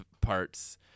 parts